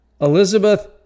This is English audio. Elizabeth